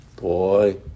Boy